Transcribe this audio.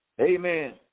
Amen